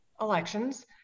Elections